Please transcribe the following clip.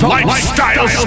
Lifestyle